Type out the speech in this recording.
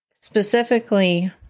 specifically